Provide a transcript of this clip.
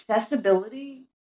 accessibility